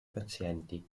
pazienti